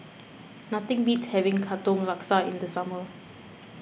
nothing beats having Katong Laksa in the summer